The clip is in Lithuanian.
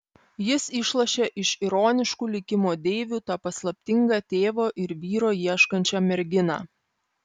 jis išlošė iš ironiškų likimo deivių tą paslaptingą tėvo ir vyro ieškančią merginą